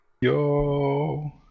Yo